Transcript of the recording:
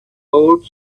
old